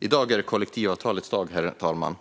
I dag är det kollektivavtalets dag, herr talman,